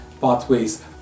pathways